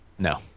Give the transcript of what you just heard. no